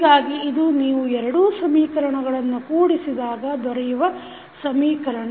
ಹೀಗಾಗಿ ಇದು ನೀವು ಎರಡೂ ಸಮೀಕರಣಗಳನ್ನು ಕೂಡಿಸಿದಾಗ ದೊರೆಯುವ ಸಮೀಕರಣ